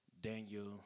Daniel